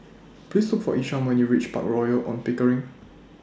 Please Look For Isham when YOU REACH Park Royal on Pickering